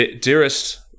dearest